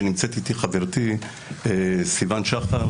ונמצאת איתי חברתי סיון שחר,